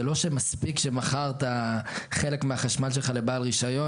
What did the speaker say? וזה לא שמספיק שמכרת חלק מהחשמל שלך לבעל רישיון